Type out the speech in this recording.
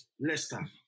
Leicester